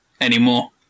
anymore